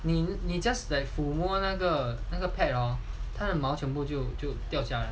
你你那个 just like 抚摸那个那个那个 pet hor 它的毛就全部掉下来那个